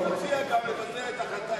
ההסתייגות לא נתקבלה.